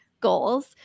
goals